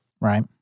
Right